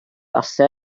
allan